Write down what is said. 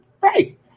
Right